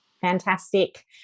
fantastic